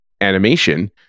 animation